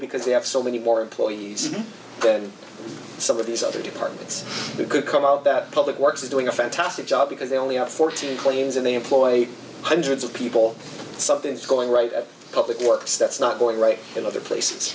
because they have so many more employees then some of these other departments the good come out that public works is doing a fantastic job because they only have fourteen claims and they employ hundreds of people something's going right at public works that's not going right in other places